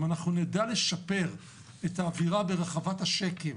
אם נדע לשפר את האווירה ברחבת השק"ם,